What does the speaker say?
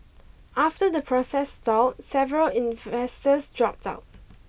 after the process stalled several investors dropped out